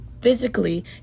physically